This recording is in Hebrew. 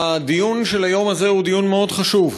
הדיון של היום הזה הוא דיון מאוד חשוב.